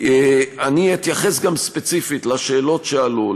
אני אתייחס גם ספציפית לשאלות שעלו.